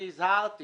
אני הזהרתי